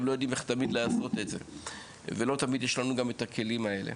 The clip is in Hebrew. גם לא יודעים איך תמיד לעשות את זה ולא תמיד יש לנו גם את הכלים האלה.